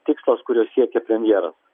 tikslas kurio siekia premjeras